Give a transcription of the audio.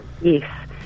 Yes